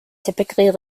typically